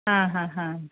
आं हां हां